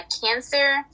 cancer